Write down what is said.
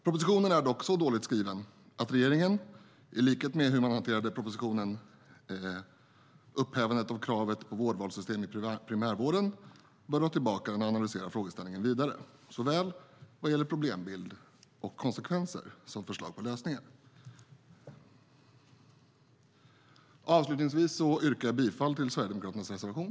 Propositionen är dock så illa skriven att regeringen, i likhet med hur man hanterade propositionen Upphävande av kravet på vårdvals system i primärvården , bör dra tillbaka den och analysera frågeställningen vidare vad gäller såväl problembild och konsekvenser som förslag på lösningar. Avslutningsvis yrkar jag bifall till Sverigedemokraternas reservation.